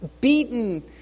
beaten